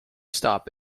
stop